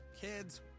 Kids